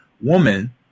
woman